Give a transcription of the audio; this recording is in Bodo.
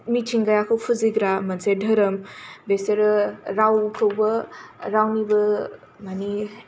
मिथिंगाखौ फुजिग्रा मोनसे धोरोम बिसोरो रावखौबो रावनिबो माने